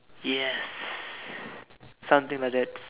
yes something like that